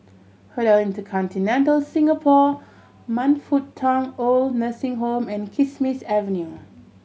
Hotel InterContinental Singapore Man Fut Tong OId Nursing Home and Kismis Avenue